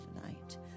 tonight